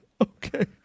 Okay